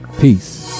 Peace